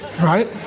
right